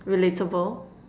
relatable